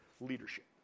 leadership